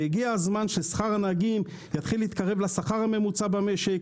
הגיע הזמן ששכר הנהגים יתחיל להתקרב לשכר הממוצע במשק,